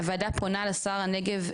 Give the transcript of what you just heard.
הוועדה פונה לשר הנגב,